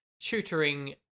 tutoring